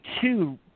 two